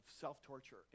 self-torture